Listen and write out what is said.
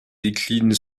décline